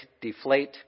deflate